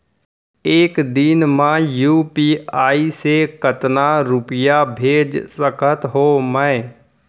एक दिन म यू.पी.आई से कतना रुपिया भेज सकत हो मैं?